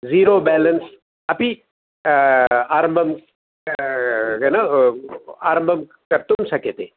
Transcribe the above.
zero balance अपि आरम्भं यु नो आरम्भं कर्तुं शक्यते